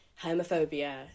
homophobia